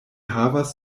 havas